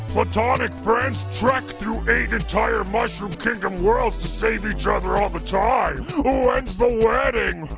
platonic friends trek through eight entire mushroom kingdom worlds to save each other all the time. when's the wedding?